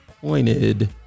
pointed